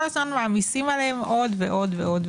כל הזמן מעמיסים עליהם עוד ועוד ועוד,